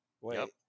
Wait